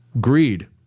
Greed